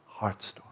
heartstorm